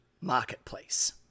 Marketplace